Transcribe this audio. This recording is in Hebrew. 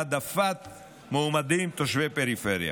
העדפת מועמדים תושבי פריפריה)